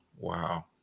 Wow